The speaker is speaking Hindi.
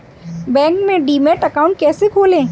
बैंक में डीमैट अकाउंट कैसे खोलें?